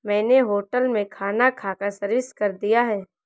मैंने होटल में खाना खाकर सर्विस कर दिया है